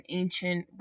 ancient